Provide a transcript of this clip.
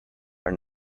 are